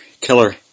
killer